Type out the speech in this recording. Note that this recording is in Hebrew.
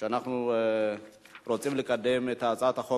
הצעת חוק